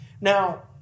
Now